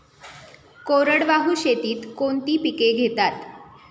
कोरडवाहू शेतीत कोणती पिके घेतात?